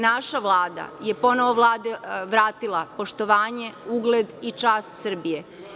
Naša Vlada je ponovo vratila poštovanje, ugled i čast Srbije.